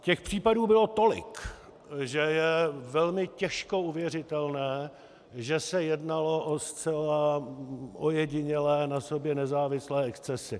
Těch případů bylo tolik, že je velmi těžko uvěřitelné, že se jednalo o zcela ojedinělé, na sobě nezávislé excesy.